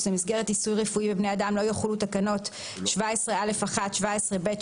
במסגרת ניסוי רפואי בבני אדם לא יחולו תקנות 17א(1) 17ב,